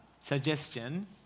suggestion